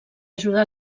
ajudar